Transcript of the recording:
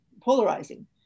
polarizing